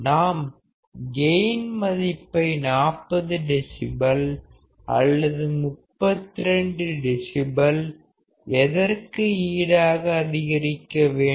நாம் கெயின் மதிப்பை 40 dB அல்லது 32 dB எதற்கு ஈடாக அதிகரிக்க வேண்டும்